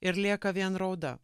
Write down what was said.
ir lieka vien rauda